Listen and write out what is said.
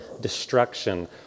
destruction